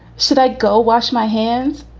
should i go wash my hands?